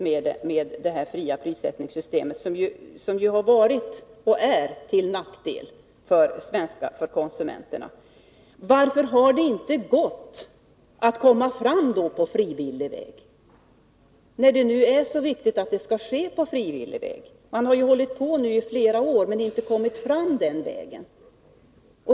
Om nu systemet med fri prissätt ning — som varit och är till nackdel för konsumenterna — är så väsentligt som det sägs, varför har det inte gått att komma fram på frivillig väg? Man har arbetat med detta i flera år, men inte kommit fram den vägen.